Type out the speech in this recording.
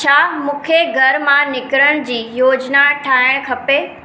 छा मूंखे घर मां निकिरण जी योजना ठाहिणु खपे